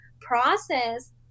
process